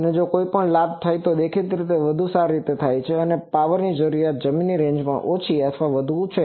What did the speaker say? અને જો કોઈ લાભ થાય છે તો દેખીતી રીતે વધુ સારી રીતે થાય છે એટલે પાવરની જરૂરિયાત જમીનની રેન્જમાં ઓછી અથવા વધુ હશે